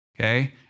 okay